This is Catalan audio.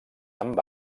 amb